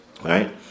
Right